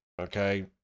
okay